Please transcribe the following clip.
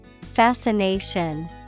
Fascination